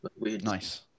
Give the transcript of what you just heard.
nice